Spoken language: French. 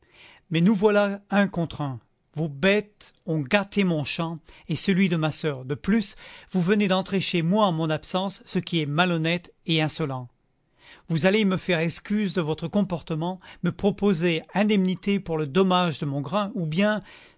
mais nous voilà un contre un vos bêtes ont gâté mon champ et celui de ma soeur de plus vous venez d'entrer chez moi en mon absence ce qui est malhonnête et insolent vous allez me faire excuse de votre comportement me proposer indemnité pour le dommage de mon grain ou bien